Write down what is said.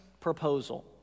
proposal